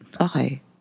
Okay